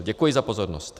Děkuji za pozornost.